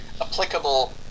applicable